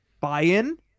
buy-in